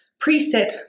preset